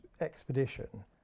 expedition